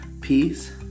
peace